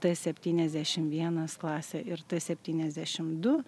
t septyniasdešim vienas klasė ir t septyniasdešim du